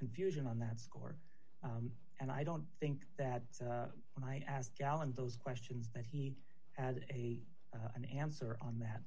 confusion on that score and i don't think that when i asked galland those questions that he had a an answer on that